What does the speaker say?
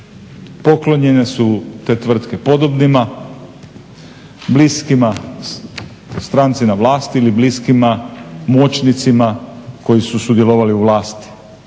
poklonjene su te tvrtke podobnima, bliskima stranci na vlasti ili bliskima moćnicima koji su sudjelovali u vlasti.